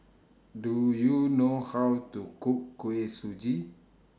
Do YOU know How to Cook Kuih Suji